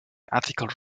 ethical